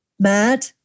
mad